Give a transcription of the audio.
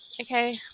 Okay